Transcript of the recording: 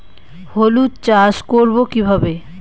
হলুদ চাষ করব কিভাবে?